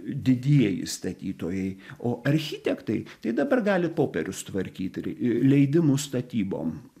didieji statytojai o architektai tai dabar gali popierius tvarkyt ir leidimus statybom